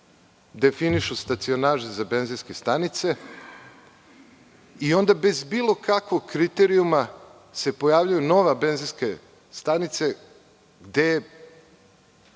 definišu stacionaše za benzinske stanice i onda bez bilo kakvog kriterijuma se pojavljuju nove benzinske stanice, gde